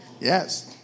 Yes